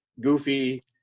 goofy